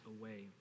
away